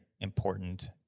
important